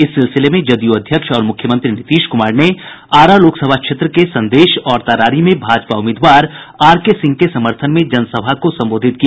इस सिलसिले में जदयू अध्यक्ष और मुख्यमंत्री नीतीश कुमार ने आरा लोकसभा क्षेत्र के संदेश और तरारी में भाजपा उम्मीदवार आर के सिंह के समर्थन में जनसभा को संबोधित किया